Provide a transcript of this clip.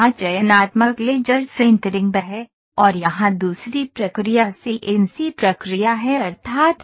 यहां चयनात्मक laser sintering है और यहां दूसरी प्रक्रिया सीएनसी प्रक्रिया है अर्थात